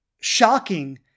shocking